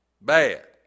Bad